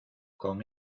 con